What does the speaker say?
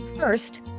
First